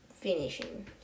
finishing